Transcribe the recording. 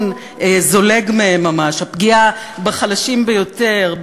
זולג מהם ממש: הפגיעה בחלשים ביותר,